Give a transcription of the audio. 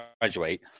graduate